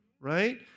right